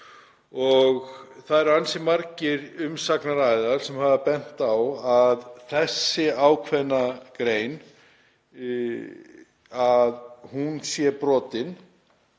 Það eru ansi margir umsagnaraðilar sem hafa bent á að þessi ákveðna grein sé brotin